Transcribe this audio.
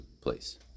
place